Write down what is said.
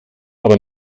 aber